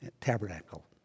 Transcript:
Tabernacle